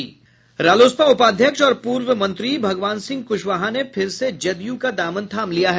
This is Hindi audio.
रालोसपा उपाध्यक्ष और पूर्व मंत्री भगवान सिंह कुशवाहा ने फिर से जदयू का दामन थाम लिया है